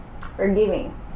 Forgiving